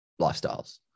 lifestyles